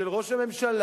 של ראש הממשלה.